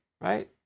right